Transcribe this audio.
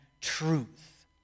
truth